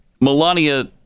melania